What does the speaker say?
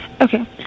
Okay